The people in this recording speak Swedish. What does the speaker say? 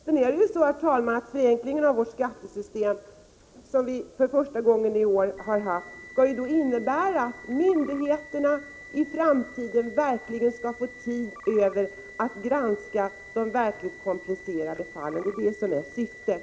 Sedan är det så, herr talman, att den förenkling av vårt skattesystem som inletts i år skall innebära att myndigheterna i framtiden får tid över att granska de verkligt komplicerade fallen. Det är detta som är syftet.